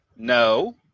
No